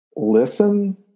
Listen